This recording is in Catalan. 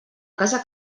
casa